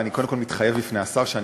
ואני קודם כול מתחייב בפני השר שאני